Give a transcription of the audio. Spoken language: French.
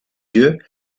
yeux